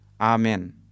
Amen